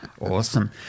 Awesome